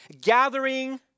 gathering